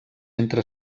entre